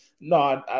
No